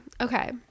okay